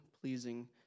pleasing